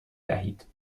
دهید